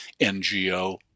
NGO